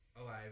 alive